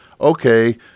okay